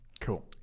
Cool